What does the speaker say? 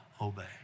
Obey